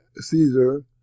Caesar